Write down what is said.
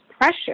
pressure